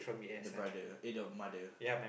the brother eh the mother